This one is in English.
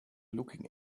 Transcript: looking